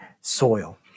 soil